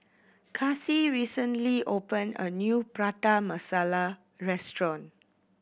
Kasie recently opened a new Prata Masala restaurant